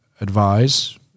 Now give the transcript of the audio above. advise